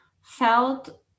felt